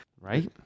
right